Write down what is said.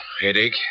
headache